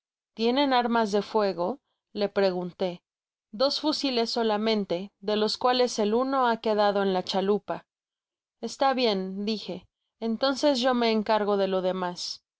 tienen armas de fuego le pregunté dos fusiles solamente de los cuales el uno ha quedado en la chalupa está bien dije entonces yo me encargo de lo demás veo